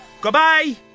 Goodbye